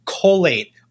collate